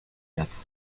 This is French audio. date